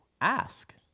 Ask